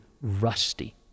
rusty